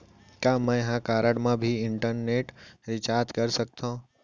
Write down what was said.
का मैं ह कारड मा भी इंटरनेट रिचार्ज कर सकथो